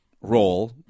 role